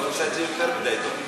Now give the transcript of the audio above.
אבל את עושה את זה יותר מדי טוב.